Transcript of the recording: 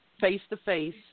face-to-face